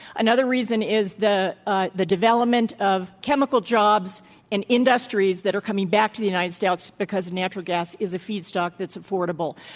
another reason is the ah the development of chemical jobs and industries that are coming back to the united states because natural gas is a feedstock that's supportable.